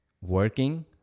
working